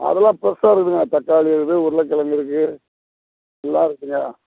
அதெல்லாம் ஃப்ரெஷ்ஷாக இருக்குதுங்க தக்காளி இருக்குது உருளைக்கெலங்கு இருக்குது எல்லாம் இருக்குதய்யா